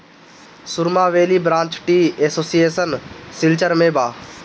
सुरमा valley branch tea association Silchar में बा